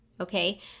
okay